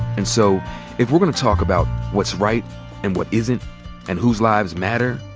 and so if we're gonna talk about what's right and what isn't and whose lives matter,